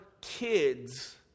kids